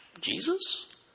Jesus